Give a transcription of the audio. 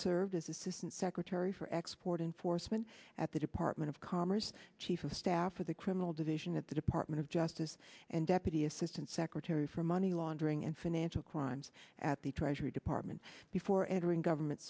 served as assistant secretary for export enforcement at the department of commerce chief of staff for the criminal division at the department of justice and deputy assistant secretary for money laundering and financial crimes at the treasury department before entering government